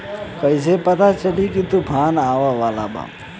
कइसे पता चली की तूफान आवा वाला बा?